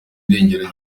irengero